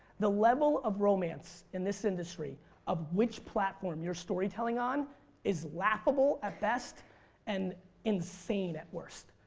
the level of romance in this industry of which platform your storytelling on is laughable at best and insane at worst.